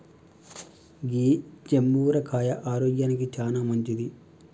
గీ జంబుర కాయ ఆరోగ్యానికి చానా మంచింది